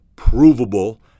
provable